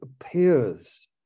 appears